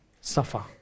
suffer